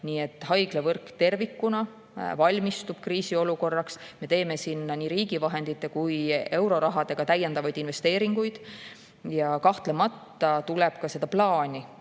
Nii et haiglavõrk tervikuna valmistub kriisiolukorraks. Me teeme sinna nii riigi vahenditega kui ka eurorahaga täiendavaid investeeringuid. Kahtlemata tuleb koostöö ja